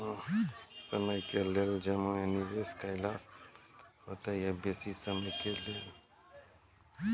कम समय के लेल जमा या निवेश केलासॅ फायदा हेते या बेसी समय के लेल?